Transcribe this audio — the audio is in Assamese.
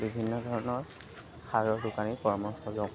বিভিন্ন ধৰণৰ সাৰৰ দোকানীৰ পৰামৰ্শ